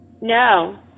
No